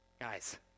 Guys